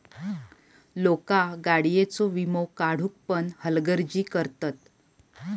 लोका गाडीयेचो वीमो काढुक पण हलगर्जी करतत